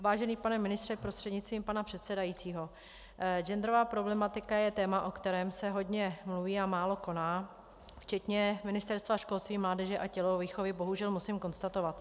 Vážený pane ministře, prostřednictvím pana předsedajícího, genderová problematika je téma, o kterém se hodně mluví a málo koná, včetně Ministerstva školství, mládeže a tělovýchovy, musím konstatovat.